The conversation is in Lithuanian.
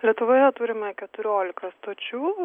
lietuvoje turime keturiolika stočių